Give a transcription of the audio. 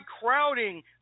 crowding